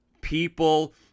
People